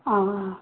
ꯑꯥ ꯑꯥ